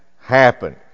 happen